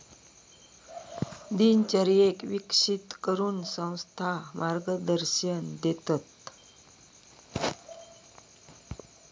दिनचर्येक विकसित करूक संस्था मार्गदर्शन देतत